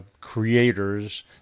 creators